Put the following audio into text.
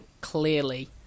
clearly